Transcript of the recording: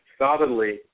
solidly